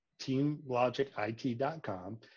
TeamLogicIT.com